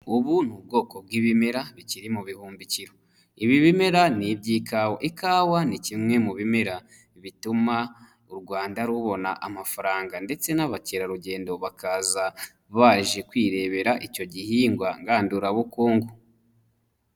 Ubu ni ubwoko bw'ibimera bikiri mu bihumbikiro, ibi bimera ni iby'ikawa, ikawa ni kimwe mu bimera bituma u Rwanda rubona amafaranga ndetse n'abakerarugendo bakaza baje kwirebera icyo gihingwa ngandurabukungu.